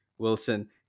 Wilson